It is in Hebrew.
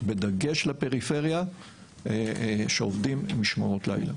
בדגש על הפריפריה שעובדים משמרות לילה.